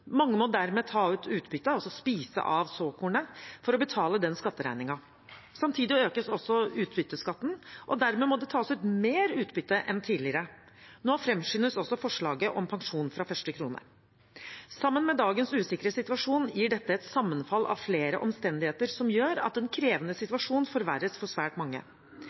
Mange må dermed ta ut utbytte, altså spise av såkornet, for å betale den skatteregningen. Samtidig økes også utbytteskatten, og dermed må det tas ut mer utbytte enn tidligere. Nå fremskyndes også forslaget om pensjon fra første krone. Sammen med dagens usikre situasjon gir dette et sammenfall av flere omstendigheter som gjør at en krevende situasjon forverres for svært mange.